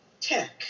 tech